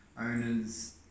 owners